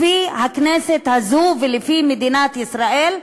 לפי הכנסת הזו ולפי מדינת ישראל,